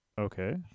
Okay